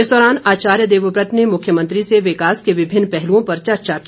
इस दौरान आचार्य देवव्रत ने मुख्यमंत्री से विकास के विभिन्न पहलुओं पर चर्चा की